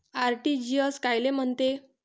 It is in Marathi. आर.टी.जी.एस कायले म्हनते?